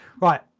Right